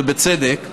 ובצדק,